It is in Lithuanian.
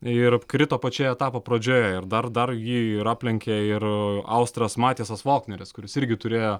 ir krito pačioje etapo pradžioje ir dar dar jį ir aplenkė ir austras matijajas volkneris kuris irgi turėjo